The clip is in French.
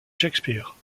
shakespeare